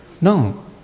No